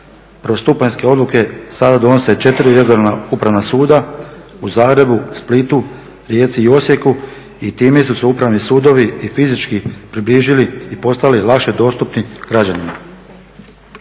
Prvostupanjske odluke sada donose 4 regionalna upravna suda u Zagrebu, Splitu, Rijeci i Osijeku i time su se upravni sudovi i fizički približili i postali lakše dostupni građanima.